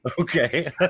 Okay